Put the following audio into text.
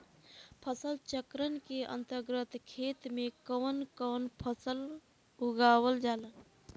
फसल चक्रण के अंतर्गत खेतन में कवन कवन फसल उगावल जाला?